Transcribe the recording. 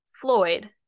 Floyd